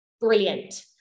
brilliant